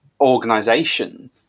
organization